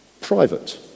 Private